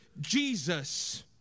Jesus